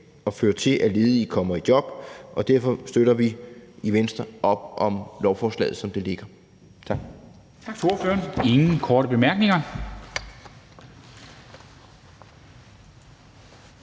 og fører til, at ledige kommer i job. Derfor støtter vi i Venstre op om lovforslaget, som det ligger. Tak.